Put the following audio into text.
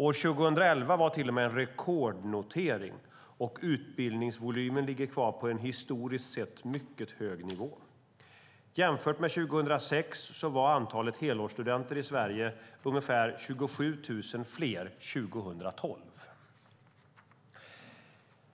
År 2011 var det till och med en rekordnotering, och utbildningsvolymen ligger kvar på en historiskt sett mycket hög nivå. Jämfört med 2006 var antalet helårsstudenter i Sverige ungefär 27 000 fler 2012.